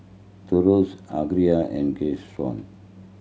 Thos Alger and Keyshawn